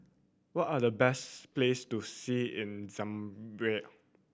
what are the best place to see in Zambia